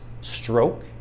stroke